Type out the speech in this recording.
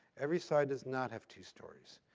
every side does not have two stories.